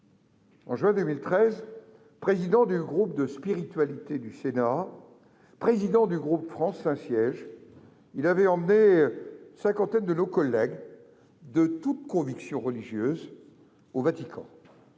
En juin 2013, président du groupe de spiritualité du Sénat et président du groupe France-Saint-Siège, il avait emmené une cinquantaine de nos collègues, de toutes convictions religieuses, au Vatican.